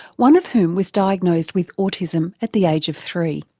one of whom was diagnosed with autism at the age of three.